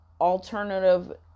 alternative